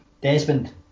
Desmond